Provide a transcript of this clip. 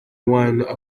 wine